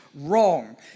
Wrong